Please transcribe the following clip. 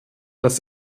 dass